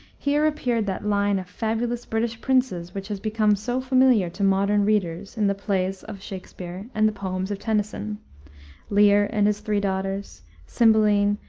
here appeared that line of fabulous british princes which has become so familiar to modern readers in the plays of shakspere and the poems of tennyson lear and his three daughters cymbeline,